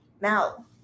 now